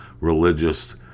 religious